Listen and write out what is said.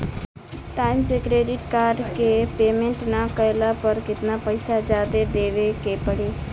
Time से credit card के payment ना कैला पर केतना पईसा जादे देवे के पड़ी?